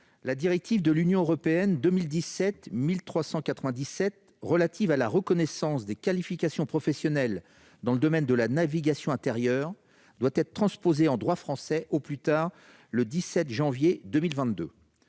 la directive de l'Union européenne de 2017 relative à la reconnaissance des qualifications professionnelles dans le domaine de la navigation intérieure doit être transposée en droit français au plus tard le 17 janvier 2022.